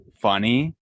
funny